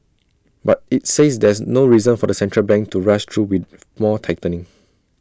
but IT says there's no reason for the central bank to rush though with more tightening